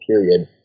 period